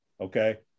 Okay